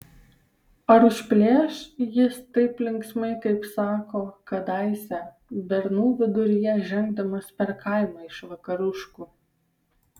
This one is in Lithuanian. ar užplėš jis taip linksmai kaip sako kadaise bernų viduryje žengdamas per kaimą iš vakaruškų